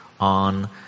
on